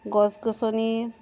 গছ গছনি